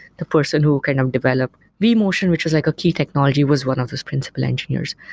the person who kind of developed vmotion, which was like a key technology was one of those principal engineers.